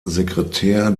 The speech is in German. sekretär